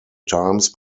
times